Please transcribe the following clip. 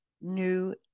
new